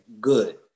good